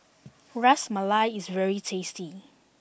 Ras Malai is very tasty